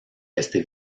este